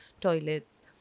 toilets